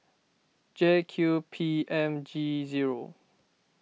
J Q P M G zero